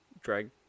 drag